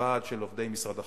הוועד של עובדי משרד החוץ,